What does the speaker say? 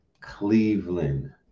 Cleveland